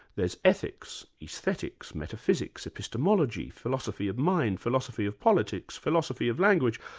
there's ethics, aesthetics, metaphysics, epistemology, philosophy of mind, philosophy of politics, philosophy of language,